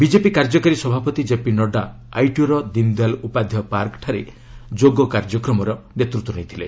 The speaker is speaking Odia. ବିଜେପି କାର୍ଯ୍ୟକାରୀ ସଭାପତି କେପି ନଡ୍ଡା ଆଇଟିଓର ଦିନ୍ଦୟାଲ୍ ଉପାଧ୍ୟାୟ ପାର୍କଠାରେ ଯୋଗ କାର୍ଯ୍ୟକ୍ରମରେ ନେତୃତ୍ୱ ନେଇଥିଲେ